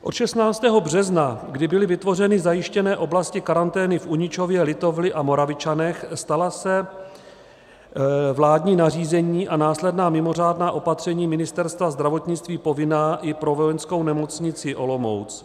Od 16. března, kdy byly vytvořeny zajištěné oblasti karantény v Uničově, Litovli a Moravičanech, stala se vládní nařízení a následná mimořádná opatření Ministerstva zdravotnictví povinná i pro Vojenskou nemocnici Olomouc.